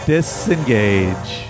Disengage